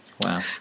Wow